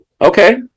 okay